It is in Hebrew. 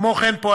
כמו כן,